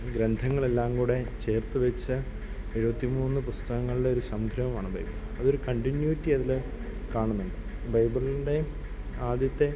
ഗ്രന്ഥങ്ങളെല്ലാം കൂടെ ചേർത്ത് വച്ച എഴുപത്തി മൂന്ന് പുസ്തങ്ങങ്ങളുടെ ഒരു സംഗ്രഹമാണ് ബൈബിൾ അതൊരു കണ്ടിന്യൂറ്റി അതിൽ കാണുന്നുണ്ട് ബൈബിളിൻ്റെ ആദ്യത്തെ